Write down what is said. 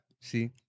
see